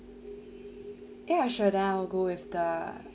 ya should I'll go with the